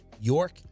York